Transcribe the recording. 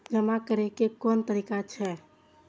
जमा करै के कोन तरीका छै?